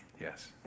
Yes